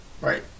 right